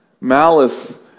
Malice